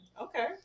Okay